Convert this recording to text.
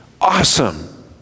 Awesome